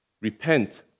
Repent